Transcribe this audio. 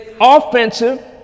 offensive